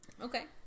okay